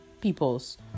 peoples